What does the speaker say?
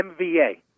MVA